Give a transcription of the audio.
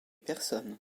personne